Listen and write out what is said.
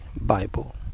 Bible